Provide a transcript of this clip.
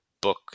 book